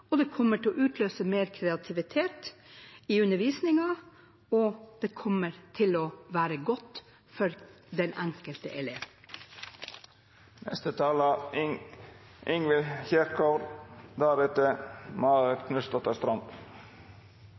varierte. Dette kommer til å utløse mer variasjon, det kommer til å utløse mer kreativitet i undervisningen, og det kommer til å være godt for den enkelte